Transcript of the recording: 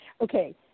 Okay